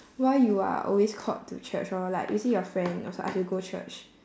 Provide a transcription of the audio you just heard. why you are always called to church lor like you see your friend also ask you go church